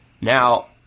Now